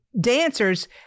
dancers